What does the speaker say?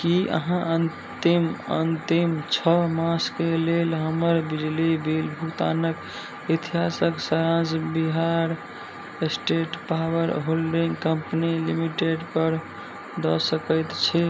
कि अहाँ अन्तिम अन्तिम छओ मासके लेल हमर बिजली बिल भुगतानक इतिहासके Bihar state power holding company लिमिटेडपर दऽ सकै छी